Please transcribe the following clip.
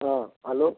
हाँ हैलो